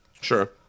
Sure